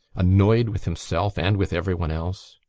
annoyed with himself and with everyone else.